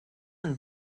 and